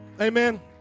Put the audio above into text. Amen